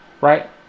Right